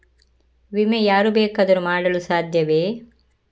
ವಿಮೆ ಯಾರು ಬೇಕಾದರೂ ಮಾಡಲು ಸಾಧ್ಯವೇ?